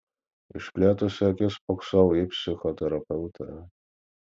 išplėtusi akis spoksojau į psichoterapeutę